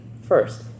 First